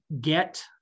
get